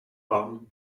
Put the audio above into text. warmen